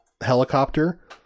helicopter